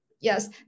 yes